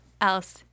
else